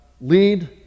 lead